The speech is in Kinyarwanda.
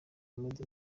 ahmed